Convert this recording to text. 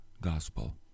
gospel